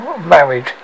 marriage